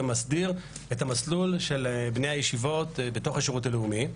ומסדיר את המסלול של בני הישיבות בתוך השירות הלאומי.